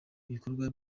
ibikorwa